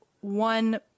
one